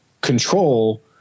control